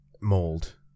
mold